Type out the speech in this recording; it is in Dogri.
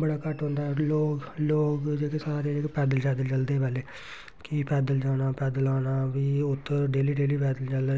बड़ा घट्ट होंदा लोग लोग जेह्के सारे जेह्ड़े पैदल शैदल चलदे हे पैह्लें कि पैदल जाना पैदल आना बी उत्त डेली डेली पैदल